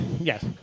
Yes